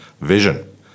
vision